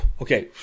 Okay